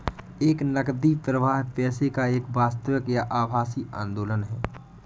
एक नकदी प्रवाह पैसे का एक वास्तविक या आभासी आंदोलन है